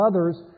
others